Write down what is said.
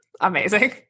Amazing